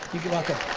you're welcome.